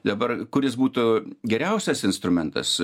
dabar kuris būtų geriausias instrumentas